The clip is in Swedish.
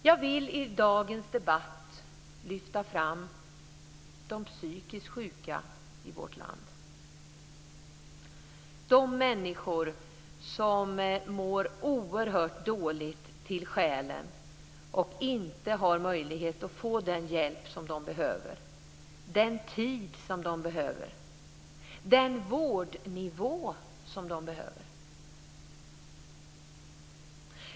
Jag vill i dagens debatt lyfta fram de psykiskt sjuka i vårt land, de människor som mår dåligt till själen och inte har möjlighet att få den hjälp som de behöver, den tid som de behöver, den vårdnivå som de behöver.